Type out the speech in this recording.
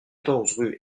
vingt